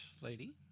lady